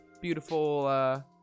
Beautiful